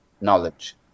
knowledge